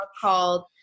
called